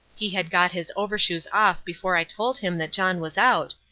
he had got his overshoes off before i told him that john was out,